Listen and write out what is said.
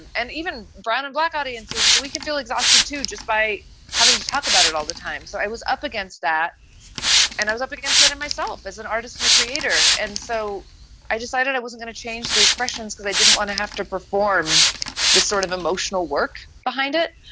and and even branum black audiences, but we can feel exhausted, too, just by having to talk about it all the time. so i was up against that and i was up against that and myself as an artist and a creator. and so i decided i was going to change the expressions because i didn't want to have to perform this sort of emotional work behind it.